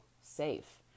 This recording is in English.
safe